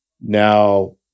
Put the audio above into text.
Now